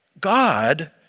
God